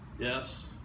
Yes